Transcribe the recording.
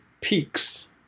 peaks